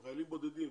שהם חיילים בודדים,